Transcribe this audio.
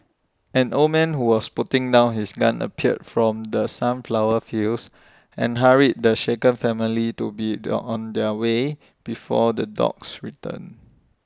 an old man who was putting down his gun appeared from the sunflower fields and hurried the shaken family to be the on their way before the dogs return